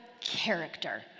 character